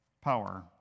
power